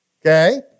Okay